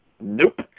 Nope